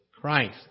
Christ